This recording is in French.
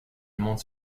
monte